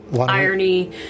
irony